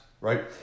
right